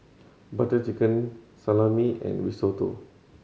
Butter Chicken Salami and Risotto